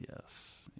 Yes